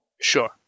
Sure